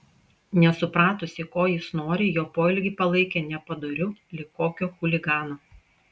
nesupratusi ko jis nori jo poelgį palaikė nepadoriu lyg kokio chuligano